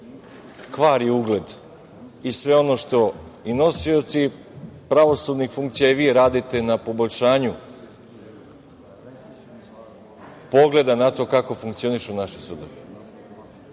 kvari ugled i sve ono što i nosioci pravosudnih funkcija i vi radite na poboljšanju pogleda na to kako funkcionišu naši sudovi.